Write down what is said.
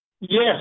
Yes